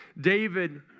David